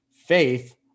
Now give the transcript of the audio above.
faith